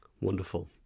wonderful